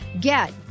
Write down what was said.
Get